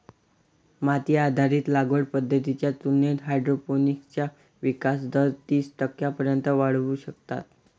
माती आधारित लागवड पद्धतींच्या तुलनेत हायड्रोपोनिक्सचा विकास दर तीस टक्क्यांपर्यंत वाढवू शकतात